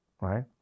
Right